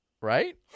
right